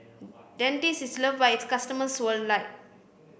dentiste is loved by its customers worldwide